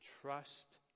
trust